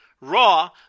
Raw